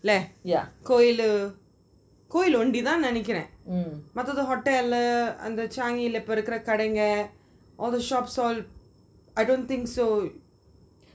கோவிலு கோவில் ஒண்டி தான் நெனைக்கிறேன் மாதத்து:kovilu kovil ondi thaan nenaikiran mathathu hotel eh under changi இப்போ இருக்குற கடைங்க:ipo irukura kadainga all the shops all I don't think so